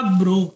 bro